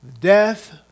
death